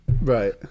right